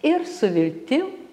ir su viltim